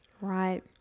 Right